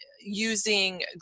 using